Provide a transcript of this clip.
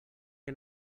què